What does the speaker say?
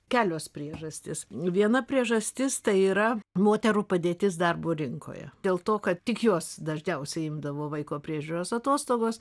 kelios priežastys viena priežastis tai yra moterų padėtis darbo rinkoje dėl to kad tik jos dažniausiai imdavo vaiko priežiūros atostogos